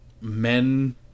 men